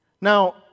Now